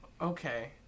Okay